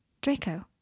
Draco